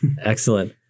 Excellent